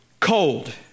Cold